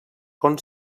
com